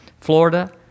Florida